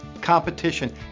competition